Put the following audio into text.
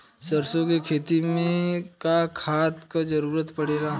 सरसो के खेती में का खाद क जरूरत पड़ेला?